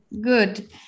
good